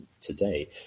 today